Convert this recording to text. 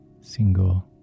single